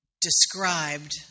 described